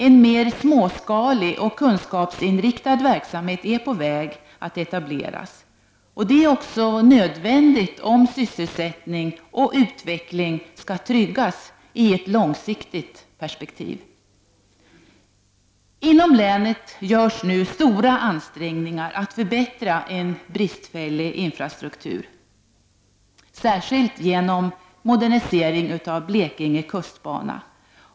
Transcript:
En mer småskalig och kunskapsinriktad verksamhet är på väg att etableras, vilket också är nödvändigt om sysselsättning och utveckling skall tryggas i ett långsiktigt perspektiv. Inom länet görs det nu stora ansträngningar att förbättra en bristfällig infrastruktur, särskilt genom en modernisering av Blekinge kustbana.